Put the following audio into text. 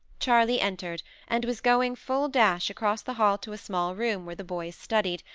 charley entered and was going, full dash, across the hall to a small room where the boys studied,